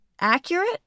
accurate